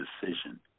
decision